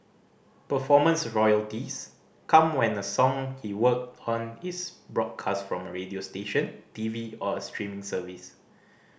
performance royalties come when a song he worked on is broadcast from a radio station T V or a streaming service